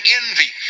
envy